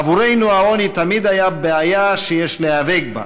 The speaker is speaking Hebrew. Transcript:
עבורנו העוני תמיד היה בעיה שיש להיאבק בה,